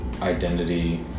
identity